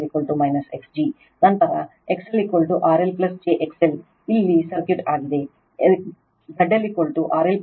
ನಂತರ ZLRL j XL ಇಲ್ಲಿ circuit ಆಗಿದೆ ZLRL j XL